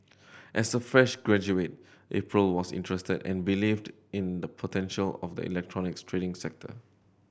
as a fresh graduate April was interested and believed in the potential of the electronics trading sector